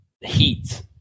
heat